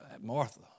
Martha